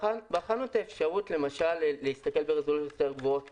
בחנו אפשרות למשל להסתכל ברזולוציות גבוהות יותר,